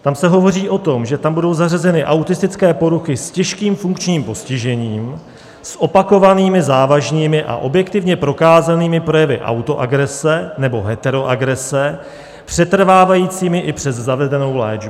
Tam se hovoří o tom, že tam budou zařazené autistické poruchy s těžkým funkčním postižením, s opakovanými závažnými a objektivně prokázanými projevy autoagrese nebo heteroagrese, přetrvávajícími i přes zavedenou léčbu.